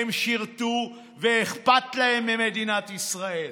הם שירתו ואכפת להם ממדינת ישראל.